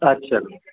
अच्छा